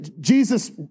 Jesus